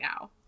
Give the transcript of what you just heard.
now